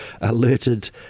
alerted